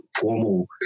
formal